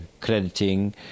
crediting